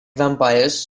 vampires